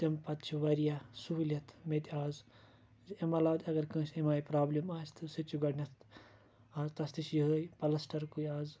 تمہِ پَتہٕ چھِ واریاہ سہولِیَت مےٚ تہِ آز امہِ عَلاوٕ تہِ اَگَر کٲنٛسہِ امہِ آیہِ پرابلِم آسہِ تہٕ سُہ تہِ چھُ گۄڈٕنیٚتھ آز تَس تہِ چھِ یہے پَلَسٹَر کُے آز